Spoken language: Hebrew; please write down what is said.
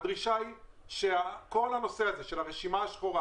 הדרישה היא שכל הנושא הזה של רשימה השחורה,